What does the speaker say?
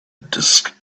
disk